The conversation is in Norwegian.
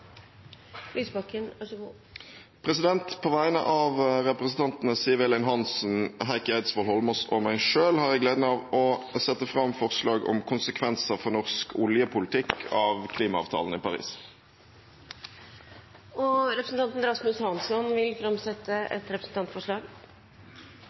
På vegne av representantene Siv Elin Hansen, Heikki Eidsvoll Holmås og meg selv har jeg gleden av å sette fram forslag om konsekvenser for norsk oljepolitikk av klimaavtalen i Paris. Representanten Rasmus Hansson vil